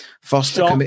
Foster